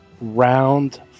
round